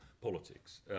politics